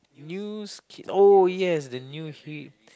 news oh yes the new hit